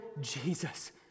Jesus